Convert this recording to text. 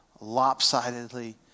lopsidedly